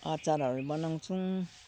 अचारहरू बनाउँछौँ